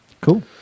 cool